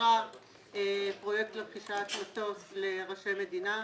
ואישרה פרויקט לרכישת מטוס לראשי מדינה.